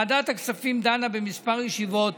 ועדת הכספים דנה בכמה ישיבות